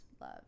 love